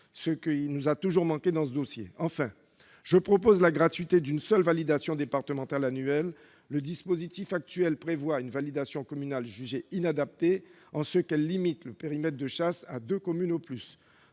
ce qui nous a toujours manqué dans ce dossier. Enfin, je propose de prévoir la gratuité d'une seule validation départementale annuelle. Le dispositif actuel prévoit une validation communale jugée inadaptée en ce qu'elle limite le périmètre de chasse à deux communes au plus.